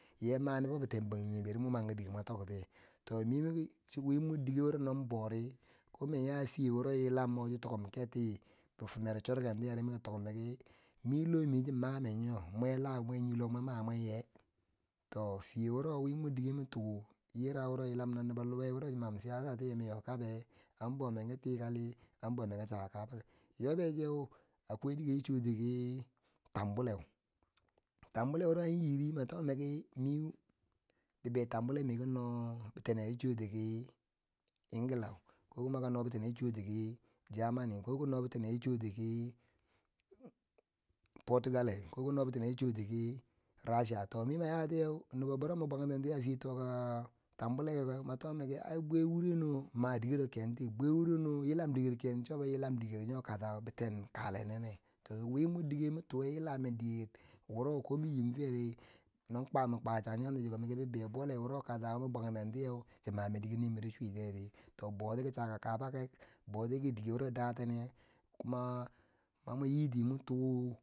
Nye mani foo bitin banjimgeberi mo man ki dike mwo toktiye, to mi miki chiwi mor dike wuro non bori ko min ya fiye yilan wo nyo takan kerti bifimero chwurken tiyeri miki tok miki, mi lomi chi manen nyo mwela nye lomwe ma mwen nye? to fiye wuro wi mor dike mi tu ira wuro yilan na luwe wuro chi mam hira shiaysa tiye mi nyo kabe an bo men ki tikali an bomen ki chaka kaba, yobecheu akwai dikechi chwuti ki tambuleu, tambuleu wuro ya nyiri ma tok miki miu bibe tambu le mi ki no bi tine chi chwuti ki englang. Ko ki no bitine chi chwuti ki jamani ko ki no bitine chi chwutiki portigale ko ki no bitine chi chwuti ki rasau, to mi ma ya tiyeu nobbobero min bwontenti fiye to tembuleu, ma tok miki ai bwiwu rendo ma dikero kenti bwe wu rendo yilam dikero kencho bou yilam dikero nyo kaba bitin kale nene, to wi mor dike mi tu we yila men ki dike woro ko min nyim feri, man kwa min kwa chang chang tichi ko miki, bibei balle wuro kasa min bantentiyeu, chi mamen dike nirmiro chwitiyeti, to botiki chaka kabakek, bouti ki dike wuro date ne, kuma mami mwo nyi ti mwo tu.